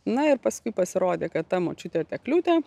na ir paskui pasirodė kad ta močiutė tekliutė